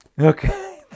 Okay